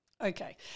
Okay